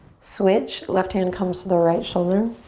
switch. left hand comes to the right shoulder.